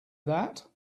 that